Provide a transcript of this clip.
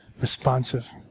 responsive